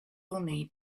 only